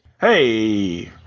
Hey